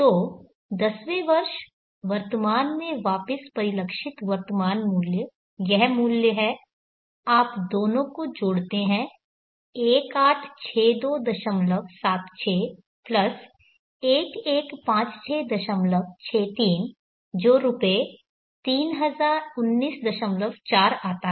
तो दसवें वर्ष वर्तमान में वापस परिलक्षित वर्तमान मूल्य यह मूल्य है आप दोनों को जोड़ते हैं 186276 प्लस 115663 जो रुपये 30194 आता है